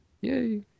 Yay